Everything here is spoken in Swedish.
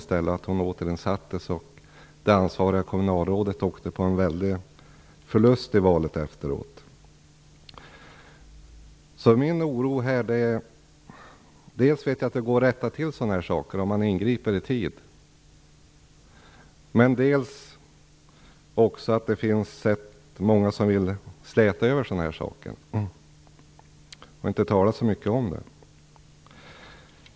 Läkaren återfick sin tjänst, och det ansvariga kommunalrådet åkte sedan i valet på en stor förlust. Jag vet att sådana här förhållanden kan rättas till, om man ingriper i tid. Men jag vet också att det finns många som vill släta över problemen och inte tala så mycket om dem.